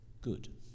good